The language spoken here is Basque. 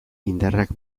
indarrak